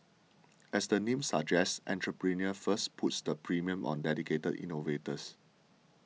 as the name suggests Entrepreneur First puts the premium on dedicated innovators